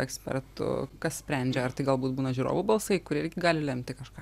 ekspertų kas sprendžia ar tai galbūt būna žiūrovų balsai kurie irgi gali lemti kažką